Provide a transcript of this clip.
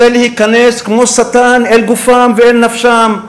רוצה להיכנס כמו שטן אל גופם ואל נפשם.